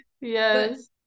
yes